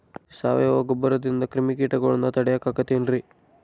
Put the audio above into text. ಸಾವಯವ ಗೊಬ್ಬರದಿಂದ ಕ್ರಿಮಿಕೇಟಗೊಳ್ನ ತಡಿಯಾಕ ಆಕ್ಕೆತಿ ರೇ?